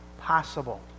possible